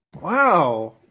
wow